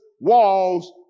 walls